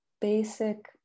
basic